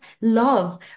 love